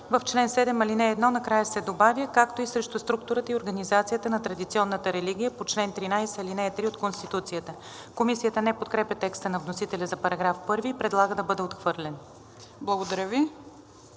В чл. 7, ал. 1 накрая се добавя: „както и срещу структурата и организацията на традиционната религия по чл. 13, ал. 3 от Конституцията“.“ Комисията не подкрепя текста на вносителя за § 1 и предлага да бъде отхвърлен. ПРЕДСЕДАТЕЛ